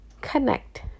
connect